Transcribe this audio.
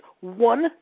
one